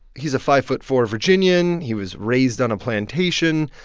he's a five foot four virginian. he was raised on a plantation.